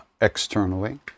externally